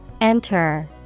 Enter